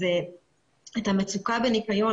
זה את המצוקה בניקיון.